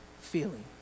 feeling